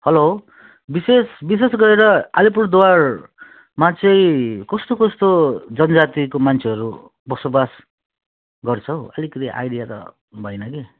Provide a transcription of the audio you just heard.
हलो विशेष विशेष गरेर आलीपुरद्वारमा चाहिँ कस्तो कस्तो जनजातिको मान्छेहरू बसोबास गर्छौ आलिकिति आइडिया त भएन के